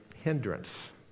hindrance